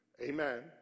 Amen